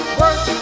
work